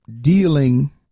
dealing